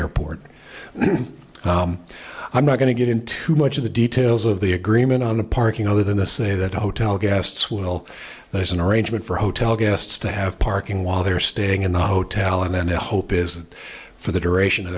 airport i'm not going to get into much of the details of the agreement on the parking other than to say that hotel guests will there's an arrangement for hotel guests to have parking while they're staying in the hotel and then the hope is for the duration of